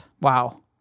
Wow